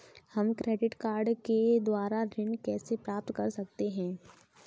हम credit card के द्वारा ऋण कैसे प्राप्त कर सकते हैं?